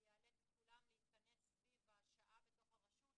זה יאלץ את כולם להתכנס סביב השעה בתוך הרשות,